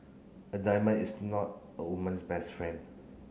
a diamond is not a woman's best friend